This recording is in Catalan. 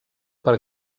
per